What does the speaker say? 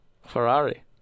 Ferrari